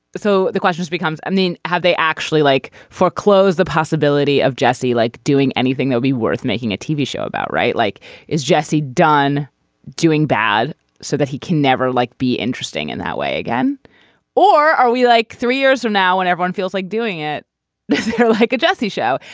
so the question becomes i mean have they actually like foreclose the possibility of jesse like doing anything they'll be worth making a tv show about right like is jesse done doing bad so that he can never like be interesting in that way again or are we like three years or now when everyone feels like doing it like a jesse show.